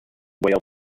whale